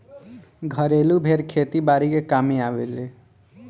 घरेलु भेड़ खेती बारी के कामे आवेले